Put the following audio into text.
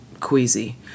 queasy